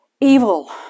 evil